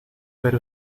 pero